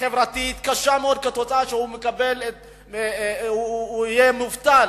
חברתית קשה מאוד כתוצאה מכך שהוא יהיה מובטל,